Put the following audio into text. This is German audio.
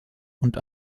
und